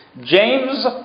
James